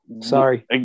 sorry